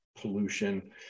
pollution